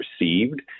received